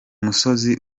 musozi